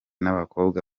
n’abakobwa